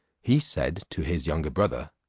he said to his younger brother,